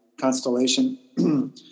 Constellation